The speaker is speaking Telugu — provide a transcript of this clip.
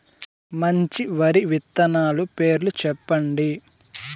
మంచి వరి విత్తనాలు పేర్లు చెప్పండి?